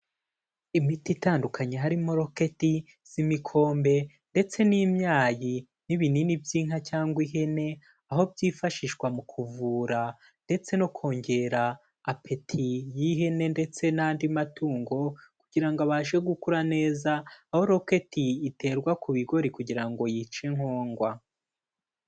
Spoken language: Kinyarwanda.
Imiti itandukanye harimo roketi z'imikombe ndetse n'imyayi n'ibinini by'inka cyangwa ihene, aho byifashishwa mu kuvura ndetse no kongera apeti y'ihene ndetse n'andi matungo kugira ngo abashe gukura neza, aho roketi iterwa ku bigori kugira ngo yice nkongwa.